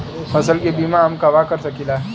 फसल के बिमा हम कहवा करा सकीला?